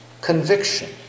conviction